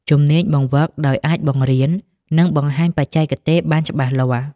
ជំនាញបង្វឹកដោយ អាចបង្រៀន និងបង្ហាញបច្ចេកទេសបានច្បាស់លាស់។